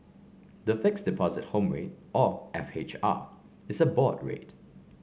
the Fixed Deposit Home Rate or F H R is a board rate